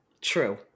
True